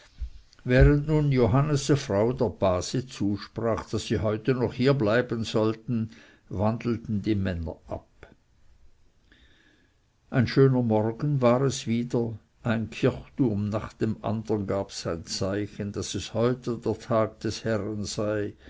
während nun johannese frau der base zusprach daß sie heute noch hier bleiben sollten wandelten die männer ab ein schöner morgen war es wieder ein kirchturm nach dem andern gab sein zeichen daß es heute der tag des herren sei